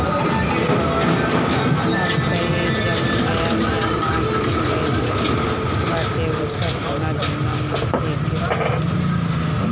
अब तअ इ जवन नया नया माल खुल गईल बाटे उ सब उना दूना में एके बेचत हवे सब